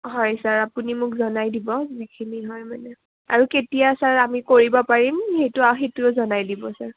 হয় ছাৰ আপুনি মোক জনাই দিব যিখিনি হয় মানে আৰু কেতিয়া ছাৰ আমি কৰিব পাৰিম সেইটো সেইটোও জনাই দিব ছাৰ